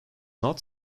not